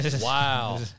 Wow